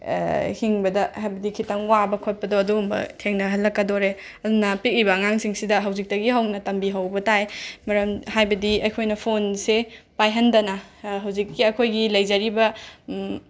ꯍꯤꯡꯕꯗ ꯍꯥꯏꯕꯗꯤ ꯈꯤꯇꯪ ꯋꯥꯕ ꯈꯣꯠꯄꯗꯣ ꯑꯗꯨꯒꯨꯝꯕ ꯊꯦꯡꯅꯍꯜꯂꯛꯀꯗꯣꯔꯦ ꯑꯗꯨꯅ ꯄꯤꯛꯏꯕ ꯑꯉꯥꯡꯁꯤꯡꯁꯤꯗ ꯍꯧꯖꯤꯛꯇꯒꯤ ꯍꯧꯅ ꯇꯝꯕꯤꯍꯧꯕ ꯇꯥꯏ ꯃꯔꯝ ꯍꯥꯏꯕꯗꯤ ꯑꯩꯈꯣꯏꯅ ꯐꯣꯟꯁꯦ ꯄꯥꯏꯍꯟꯗꯅ ꯍꯧꯖꯤꯛꯀꯤ ꯑꯩꯈꯣꯏꯒꯤ ꯂꯩꯖꯔꯤꯕ